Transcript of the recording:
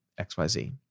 XYZ